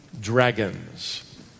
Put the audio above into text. dragons